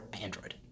Android